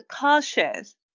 cautious